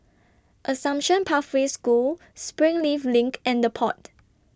Assumption Pathway School Springleaf LINK and The Pod